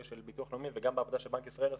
של ביטוח לאומי וגם בעבודה של בנק ישראל עשו,